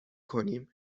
کنیم